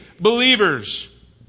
believers